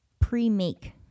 pre-make